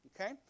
Okay